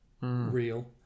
Real